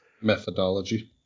methodology